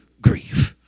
grief